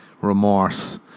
remorse